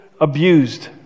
abused